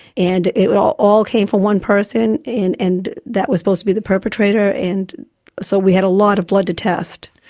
and it all all came from one person, and that was supposed to be the perpetrator, and so we had a lot of blood to test.